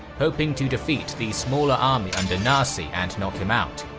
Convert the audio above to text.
hoping to defeat the smaller army under narsi and knock him out.